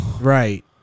Right